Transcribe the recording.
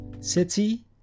city